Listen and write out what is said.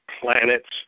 planets